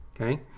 Okay